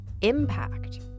impact